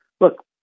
look